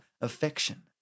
affection